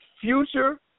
future